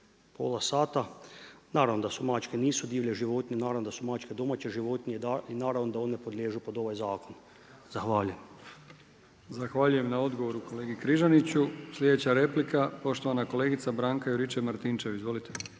pola sata. Naravno da su mačke, nisu divlje životinje, naravno da su mačke domače životinje i naravno da one podliježu pod ovaj zakon. Zahvaljujem. **Brkić, Milijan (HDZ)** Zahvaljujem na odgovoru kolegi Križaniću. Sljedeća replika, poštovana kolegica Branka Juričev Martinčev. Izvolite.